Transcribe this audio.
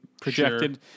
projected